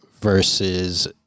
versus